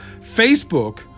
Facebook